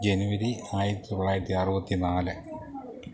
ജനുവരി ആയിരത്തി തൊള്ളായിരത്തി അറുപത്തിനാല്